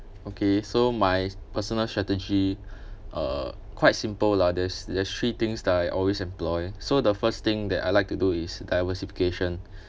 okay so my personal strategy uh quite simple lah there's there's three things that I always employ so the first thing that I like to do is diversification